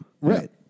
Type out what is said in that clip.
Right